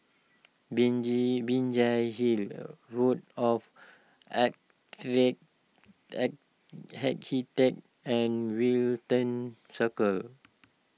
binji Binjai Hill Board of Architects and Wellington Circle